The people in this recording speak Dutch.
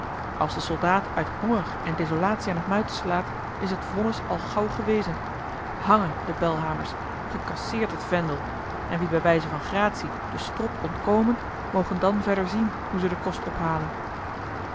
als de soldaat uit honger en desolatie aan t muiten slaat is t vonnis als gauw gewezen hangen de belhamers gecasseerd het vendel en wie bij wijze van gratie den strop ontkomen mogen dan verder zien hoe ze den kost ophalen